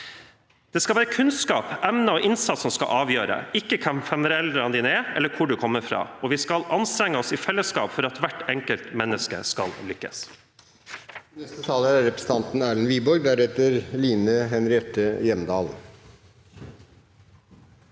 Det skal være kunnskap, evner og innsats som skal avgjøre – ikke hvem foreldrene dine er eller hvor du kommer fra. Vi skal anstrenge oss i fellesskap for at hvert enkelt menneske skal lykkes.